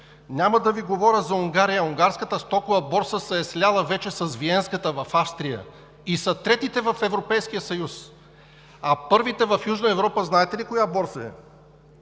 Няма да Ви говоря за Унгария. Унгарската стокова борса се е сляла вече с Виенската в Австрия и са третите в Европейския съюз. А първата в Южна Европа, знаете ли коя борса е?